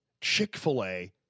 Chick-fil-A